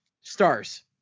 Stars